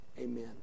amen